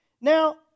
Now